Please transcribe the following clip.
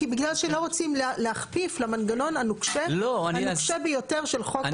בגלל שלא רוצים להכפיף למנגנון הנוקשה ביותר של חוק קביעת המועדים.